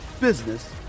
business